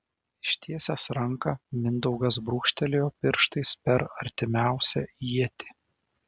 ištiesęs ranką mindaugas brūkštelėjo pirštais per artimiausią ietį